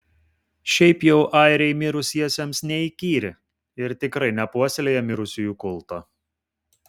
šiaip jau airiai mirusiesiems neįkyri ir tikrai nepuoselėja mirusiųjų kulto